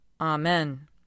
Amen